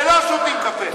ולא שותים קפה.